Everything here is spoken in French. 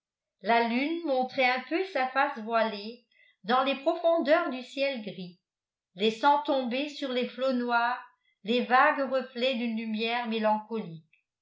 la lune montrait un peu sa face voilée dans les profondeurs du ciel gris laissant tomber sur les flots noirs les vagues reflets d'une lumière mélancolique